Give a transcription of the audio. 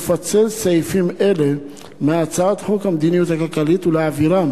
לפצל סעיפים אלה מהצעת חוק המדיניות הכלכלית ולהעבירם